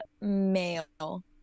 male